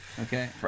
Okay